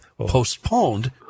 postponed